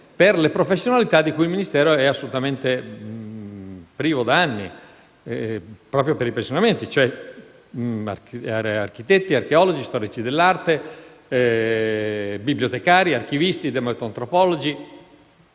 per le professionalità di cui il Ministero era privo da anni per i pensionamenti. Si tratta di architetti, archeologi, storici dell'arte, bibliotecari, archivisti, demoetnoantropologi.